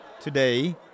Today